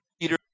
Peter